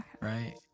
Right